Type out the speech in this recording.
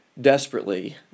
desperately